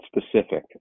specific